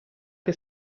che